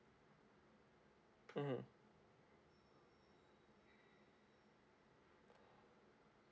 mmhmm